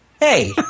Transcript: Hey